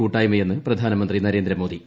കൂട്ടായ്മയെന്ന് പ്രധാനമന്ത്രി നരേന്ദ്രമോദി